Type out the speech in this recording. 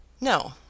No